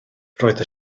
roedd